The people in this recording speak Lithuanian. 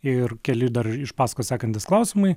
ir keli dar iš paskos sekantys klausimai